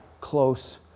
close